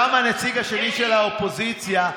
כנציג השני של האופוזיציה,